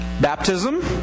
Baptism